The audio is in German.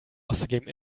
auszugeben